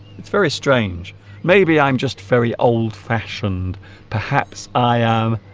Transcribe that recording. it's very strange maybe i'm just very old-fashioned perhaps i am